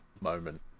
moment